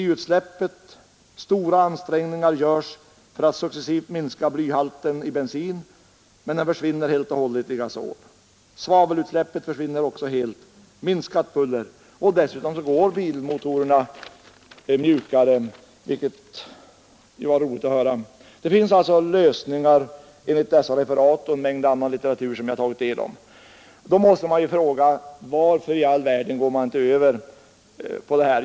Stora ansträngningar görs för att successivt minska blyhalten i bensin, men i gasol saknas bly helt och hållet. Svavelutsläppen försvinner också helt vid gasoldrift. Vidare minskar bullret, och dessutom går bilmotorerna mjukare, vilket ju var roligt att höra. Enligt dessa referat och en mängd annan litteratur som jag har tagit del av finns alltså lösningar. Då måste jag fråga: Varför i all världen går vi inte över till gasol?